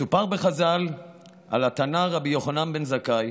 מסופר בחז"ל על התנא רבי יוחנן בן זכאי